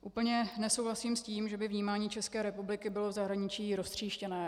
Úplně nesouhlasím s tím, že by vnímání České republiky bylo v zahraničí roztříštěné.